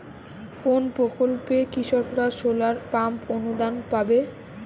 কোন প্রকল্পে কৃষকরা সোলার পাম্প অনুদান পাবে?